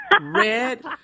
Red